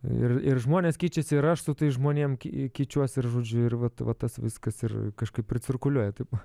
ir ir žmonės keičiasi ir aš su tais žmonėm keičiuosi ir žodžiu ir vat vat tas viskas ir kažkaip ir cirkuliuoja taip